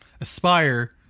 Aspire